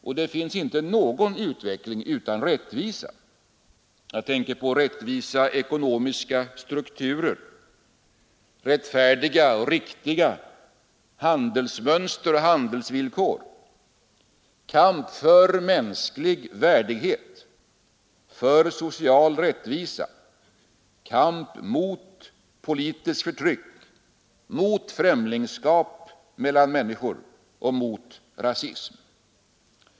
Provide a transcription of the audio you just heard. Och det finns inte någon utveckling utan rättvisa. Jag tänker på rättvisa ekonomiska strukturer, rättfärdiga och riktiga handelsmönster och handelsvillkor, kamp för mänsklig värdighet, för social rättvisa, kamp mot politiskt förtryck, mot främlingskap mellan människor och mot rasism.